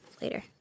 later